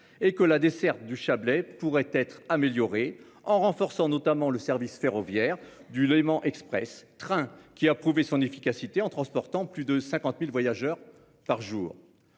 et que la desserte du Chablais pourrait être améliorée en renforçant notamment le service ferroviaire du Léman Express train qui a prouvé son efficacité en transportant plus de 50.000 voyageurs par jour.